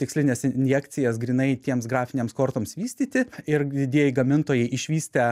tikslines injekcijas grynai tiems grafiniams kortoms vystyti ir didieji gamintojai išvystę